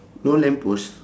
no lamp post